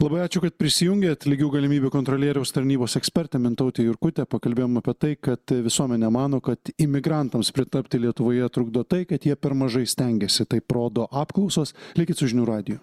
labai ačiū kad prisijungėt lygių galimybių kontrolieriaus tarnybos ekspertė mintautė jurkutė pakalbėjome apie tai kad visuomenė mano kad imigrantams pritapti lietuvoje trukdo tai kad jie per mažai stengiasi taip rodo apklausos likit su žinių radiju